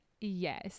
yes